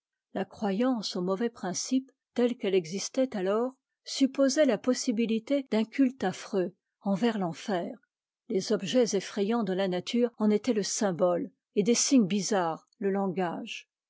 la croyance au mauvais principe telle qu'elle existait alors supposait la possibilité d'un culte affreux envers l'enfer les objets effrayants déjà nature en étaient le symbole et des signes bizarres le langage